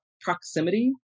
proximity